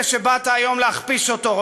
זה שבאת היום להכפיש אותו,